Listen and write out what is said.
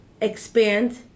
expand